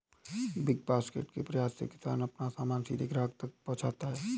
big Basket के प्रयास से किसान अपना सामान सीधे ग्राहक तक पहुंचाता है